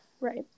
Right